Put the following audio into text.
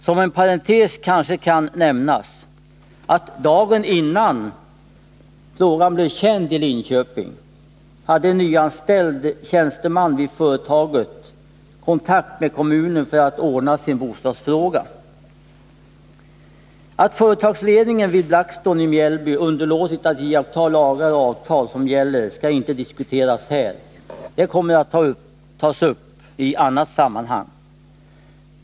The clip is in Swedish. Som en parentes kan kanske nämnas att dagen innan frågan blev känd i Linköping hade en nyanställd tjänsteman vid företaget kontakt med kommunen för att ordna sin bostadsfråga. Att företagsledningen vid Blackstone i Mjällby underlåtit att iaktta lagar och avtal som gäller skall inte diskuteras här. Det kommer att tas upp i annat sammanhang.